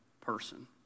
person